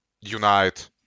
unite